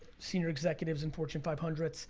senior executives in fortune five hundred so